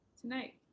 tonight